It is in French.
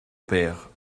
père